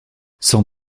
sans